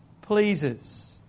pleases